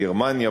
גרמניה,